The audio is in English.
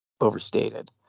overstated